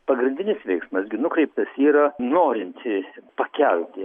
pagrindinis veiksmas gi nukreiptas yra norinti pakelti